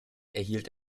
erhielt